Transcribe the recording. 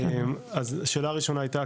אז שאלה ראשונה הייתה,